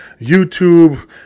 YouTube